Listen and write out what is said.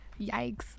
Yikes